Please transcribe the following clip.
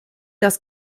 das